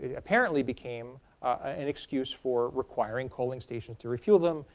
ah apparently became an excuse for requiring coaling stations to refuel them.